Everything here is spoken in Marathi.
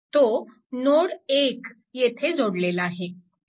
तो नोड 1 येथे जोडलेला आहे